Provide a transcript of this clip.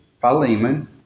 Philemon